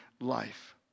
life